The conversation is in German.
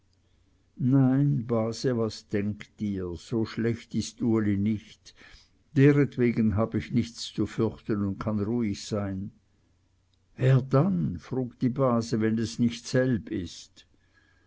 nein base was denkt ihr so schlecht ist uli nicht deretwegen habe ich nichts zu fürchten und kann ruhig sein wer dann frug die base wenn es nicht selb ist